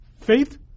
faith